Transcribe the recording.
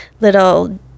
little